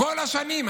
כל השנים,